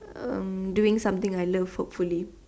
um doing something I love hopefully